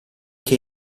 che